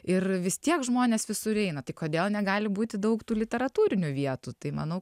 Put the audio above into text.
ir vis tiek žmonės visur eina tai kodėl negali būti daug tų literatūrinių vietų tai manau